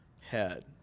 head